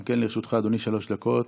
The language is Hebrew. גם לרשותך אדוני, שלוש דקות.